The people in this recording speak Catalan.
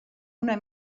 una